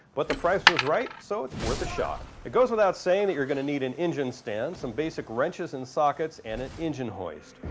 but the price was right, so it's worth a shot. it goes without saying that you're going to need an engine stand, some basic wrenches and sockets, and an engine hoist.